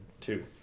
Two